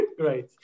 great